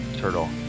turtle